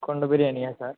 కుండ బిర్యానీయా సార్